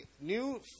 New